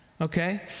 okay